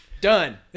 done